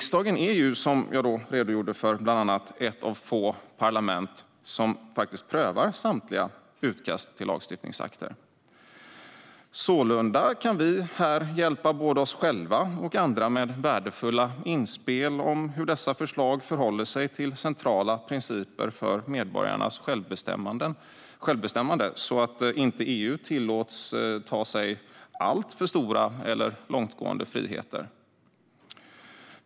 Som jag bland annat redogjorde för då är ju riksdagen ett av få parlament som faktiskt prövar samtliga utkast till lagstiftningsakter. Sålunda kan vi här hjälpa både oss själva och andra med värdefulla inspel om hur dessa förslag förhåller sig till centrala principer för medborgarnas självbestämmande, så att inte EU tillåts ta sig alltför stora eller långtgående friheter.